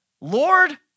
Lord